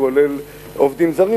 כולל עובדים זרים,